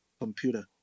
computer